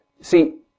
see